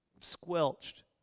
squelched